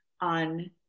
on